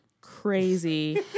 crazy